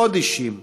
לעוד אישים,